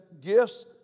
gifts